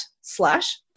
slash